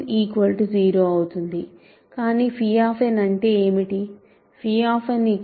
కాబట్టి 0 అవుతుంది కానీ అంటే ఏమిటి